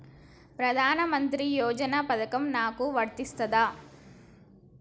ప్రధానమంత్రి యోజన పథకం నాకు వర్తిస్తదా?